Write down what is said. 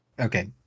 Okay